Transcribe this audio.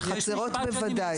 בחצרות בוודאי.